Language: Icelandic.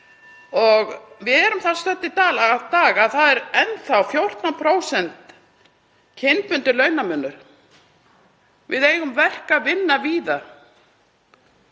Við erum stödd þar í dag að það er enn þá 14% kynbundinn launamunur. Við eigum verk að vinna víðar.